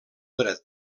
dret